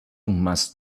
must